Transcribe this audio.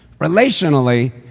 relationally